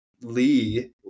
Lee